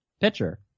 pitcher